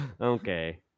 Okay